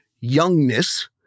youngness